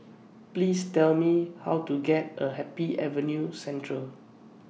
Please Tell Me How to get A Happy Avenue Central